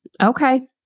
Okay